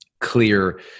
clear